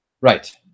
Right